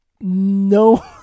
No